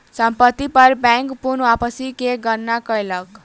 संपत्ति पर बैंक पूर्ण वापसी के गणना कयलक